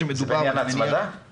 עד עכשיו לא ניתנה תשובה.